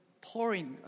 pouring